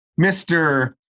Mr